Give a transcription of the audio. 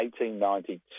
1892